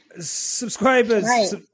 Subscribers